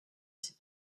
ces